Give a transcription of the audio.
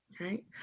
Right